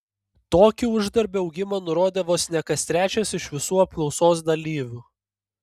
tokį uždarbio augimą nurodė vos ne kas trečias iš visų apklausos dalyvių